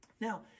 Now